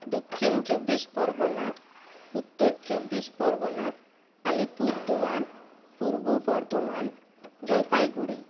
Dakshin Chabbish Pargana Uttar Chabbish Pargana Alipurduar Purba Bardhaman Jalpaiguri